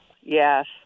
yes